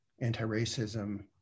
anti-racism